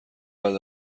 بعد